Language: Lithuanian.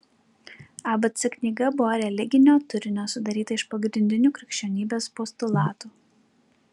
abc knyga buvo religinio turinio sudaryta iš pagrindinių krikščionybės postulatų